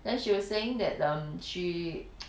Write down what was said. then she was saying that um she